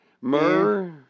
Myrrh